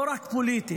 לא רק פוליטית,